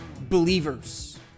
believers